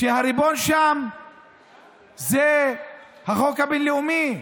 שהריבון בהם הוא החוק הבין-לאומי,